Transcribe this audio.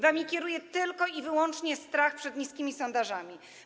Wami kieruje tylko i wyłącznie strach przed niskimi sondażami.